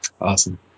awesome